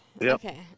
Okay